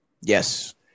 Yes